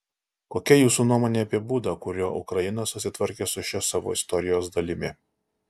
kokia jūsų nuomonė apie būdą kuriuo ukraina susitvarkė su šia savo istorijos dalimi